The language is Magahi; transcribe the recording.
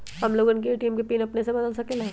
हम लोगन ए.टी.एम के पिन अपने से बदल सकेला?